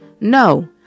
No